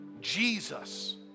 Jesus